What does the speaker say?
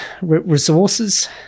resources